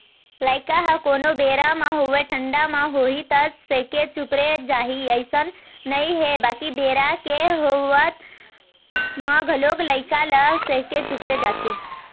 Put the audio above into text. लइका ह कोनो बेरा म होवय ठंडा म होही त सेके चुपरे जाही अइसन नइ हे बाकी बेरा के होवब म घलोक लइका ल सेके चुपरे जाथे